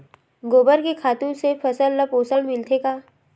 गोबर के खातु से फसल ल पोषण मिलथे का?